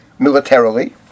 militarily